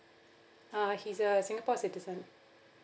uh he's a singapore citizen